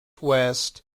west